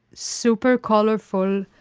super colorful.